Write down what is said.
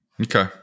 Okay